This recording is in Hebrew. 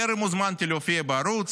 טרם הוזמנתי להופיע בערוץ,